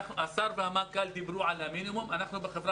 השר והמנכ"ל דיברו על המינימום ואנחנו בחברה